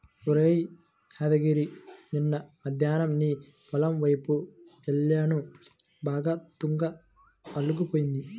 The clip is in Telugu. ఒరేయ్ యాదగిరి నిన్న మద్దేన్నం నీ పొలం వైపు యెల్లాను బాగా తుంగ అల్లుకుపోయింది